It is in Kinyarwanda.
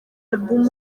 album